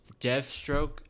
Deathstroke